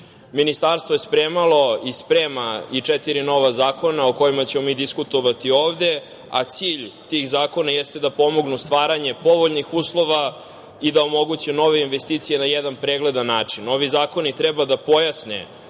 sredine. Ministarstvo je spremalo i sprema četiri nova zakona, o kojima ćemo mi diskutovati ovde, a cilj tih zakona jeste da pomognu stvaranje povoljnih uslova i da omoguće nove investicije na jedan pregledan način. Ovi zakoni treba da pojasne